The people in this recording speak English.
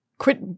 quit